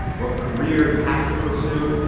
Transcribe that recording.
what career and path to pursue.